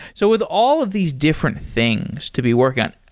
so with all of these different things to be working on,